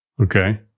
Okay